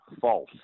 false